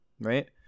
right